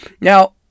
Now